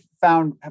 found